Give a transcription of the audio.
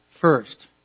First